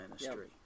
ministry